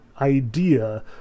idea